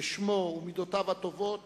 ששמו ומידותיו הטובות